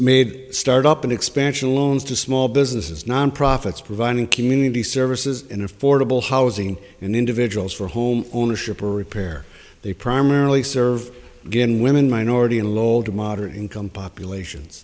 smid start up an expansion loans to small businesses non profits providing community services in affordable housing and individuals for home ownership or repair they primarily serve again women minority and low to moderate income populations